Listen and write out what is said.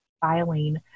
filing